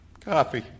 coffee